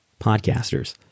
podcasters